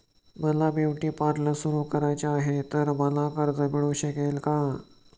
मला beauty parlour सुरू करायचे आहे तर मला कर्ज मिळू शकेल का?